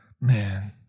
man